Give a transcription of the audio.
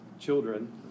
Children